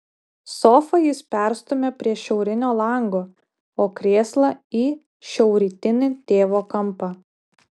sofą jis perstumia prie šiaurinio lango o krėslą į šiaurrytinį tėvo kampą